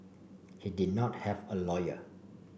he did not have a lawyer